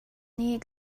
nih